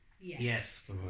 Yes